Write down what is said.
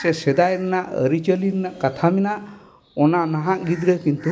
ᱥᱮ ᱥᱮᱫᱟᱭ ᱨᱮᱱᱟᱜ ᱟᱹᱨᱤᱪᱟᱹᱞᱤ ᱨᱮᱱᱟᱜ ᱠᱟᱛᱷᱟ ᱢᱮᱱᱟᱜ ᱚᱱᱟ ᱱᱟᱦᱟᱜ ᱜᱤᱫᱽᱨᱟᱹ ᱠᱤᱱᱛᱩ